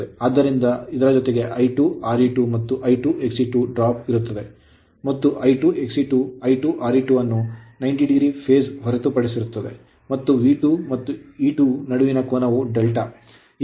ಆದ್ದರಿಂದ ಇದರ ಜೊತೆಗೆ I2 Re2 ಮತ್ತು I2 Xe2 ಡ್ರಾಪ್ ಇರುತ್ತದೆ ಮತ್ತು I2 Xe2 I2Re2 ಅನ್ನು 90 o phase ಹೊರತುಪಡಿಸಿರುತ್ತದೆ ಮತ್ತು V2 ಮತ್ತು E2 ನಡುವಿನ ಕೋನವು ∂